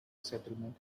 settlement